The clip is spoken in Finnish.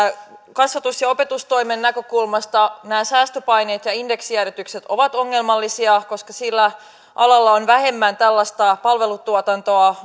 kasvatus ja opetustoimen näkökulmasta nämä säästöpaineet ja indeksijäädytykset ovat ongelmallisia koska sillä alalla on vähemmän palvelutuotantoa